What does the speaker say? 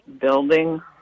building